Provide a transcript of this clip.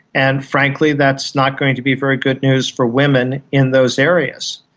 and frankly that's not going to be very good news for women in those areas.